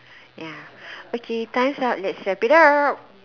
ya okay time's up let's wrap it up